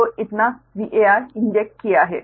तो इतना VAR inject किया है